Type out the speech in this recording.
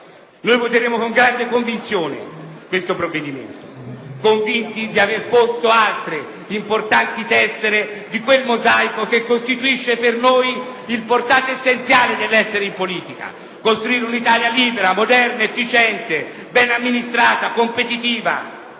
noi voteremo con grande convinzione questo provvedimento, convinti di avere posto altre importanti tessere di quel mosaico che costituisce per noi il portato essenziale dell'essere in politica, costruire un'Italia libera, moderna, efficiente, bene amministrata, competitiva,